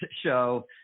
show